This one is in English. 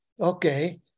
Okay